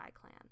Clan